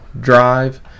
drive